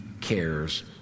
cares